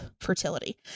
fertility